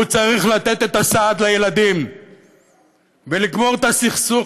הוא צריך לתת את הסעד לילדים ולגמור את הסכסוך